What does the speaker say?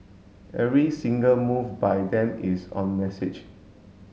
every single move by them is on message